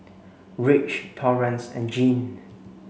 Rich Torrance and Gene